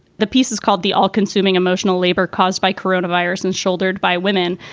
the piece is called the all consuming emotional labor caused by corona virus and shouldered by women.